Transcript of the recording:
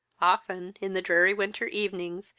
often, in the dreary winter evenings,